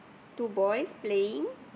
two boys playing